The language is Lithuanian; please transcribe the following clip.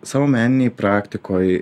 savo meninėj praktikoj